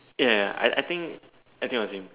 ya ya I I think I think it was him